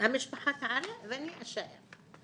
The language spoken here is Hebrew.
המשפחה תעלה ואני אשאר.